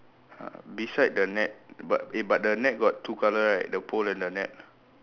uh beside the net but eh but the net got two colour right the pole and the net